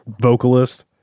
vocalist